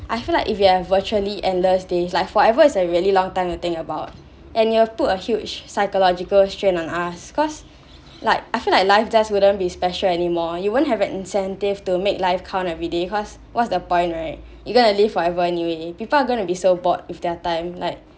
I feel like if you have virtually endless days like forever is a really long time to think about and you'll put a huge psychological strain on us cause like I feel like life just wouldn't be special anymore you won't have an incentive to make life count everyday because what's the point right you gonna live forever anyway people are gonna be so bored with their time like